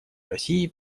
россии